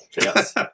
Yes